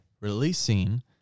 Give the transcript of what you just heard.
releasing